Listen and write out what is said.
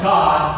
God